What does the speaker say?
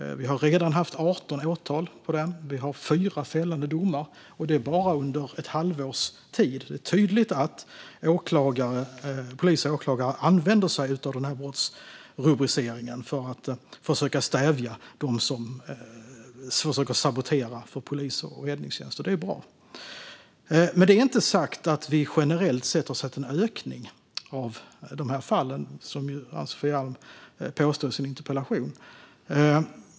Vi har redan haft 18 åtal och 4 fällande domar, och det bara under ett halvårs tid. Det är tydligt att polis och åklagare använder sig av den här brottsrubriceringen för att försöka stävja sabotage mot polis och räddningstjänst, och det är bra. Med detta inte sagt att vi generellt sett har sett en ökning av de här fallen, som Ann-Sofie Alm påstår i sin interpellation.